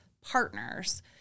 partners